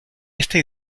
esta